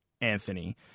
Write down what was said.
Anthony